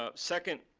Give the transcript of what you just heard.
ah second,